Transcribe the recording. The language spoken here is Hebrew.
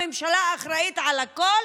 הממשלה אחראית על הכול,